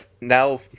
now